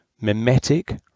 mimetic